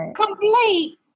complete